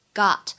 got 。